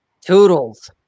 toodles